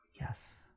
yes